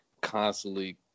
constantly